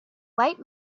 white